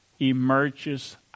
Emerges